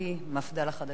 המפד"ל החדשה.